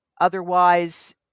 Otherwise